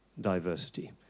diversity